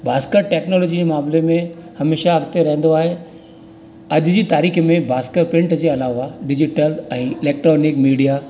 Bhaskar technology जे मामले में हमेशह अॻिते रहंदो आहे अॼु जी तारीख़ में भास्कर प्रिंट जे अलावा डिजिटल ऐं इलैक्ट्रॉनिक मीडिया